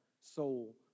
soul